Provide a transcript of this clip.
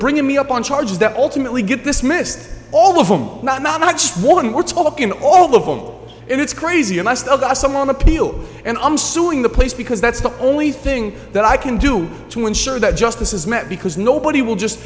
bringing me up on charges that ultimately get this missed all of them not not just one we're talking all the phone it's crazy and i still got some on appeal and i'm suing the police because that's the only thing that i can do to ensure that justice is met because nobody will just